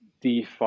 DeFi